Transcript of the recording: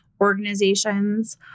organizations